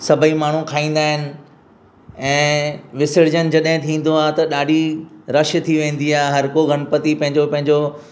सभई माण्हू खाईंदा आहिनि ऐं विसर्जन जॾहिं थींदो आहे त ॾाढी रश थी वेंदी आहे हर को गणपति पंहिंजो पंहिंजो